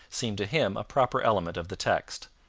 seemed to him a proper element of the text,